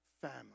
Family